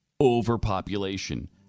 overpopulation